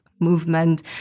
movement